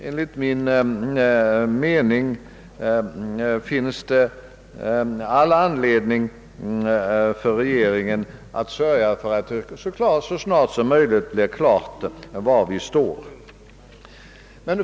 Enligt min mening finns det all anledning för regeringen att sörja för att det så snart som möjligt blir klart var Sverige står.